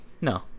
No